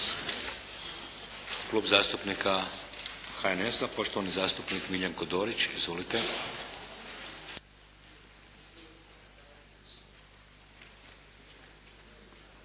Klub zastupnika HNS-a poštovani zastupnik Miljenko Dorić. Izvolite.